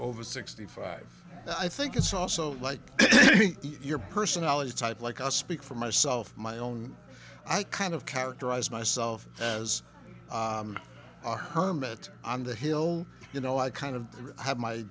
over sixty five but i think it's also like your personality type like i speak for myself my own i kind of characterize myself as a hermit on the hill you know i kind of have my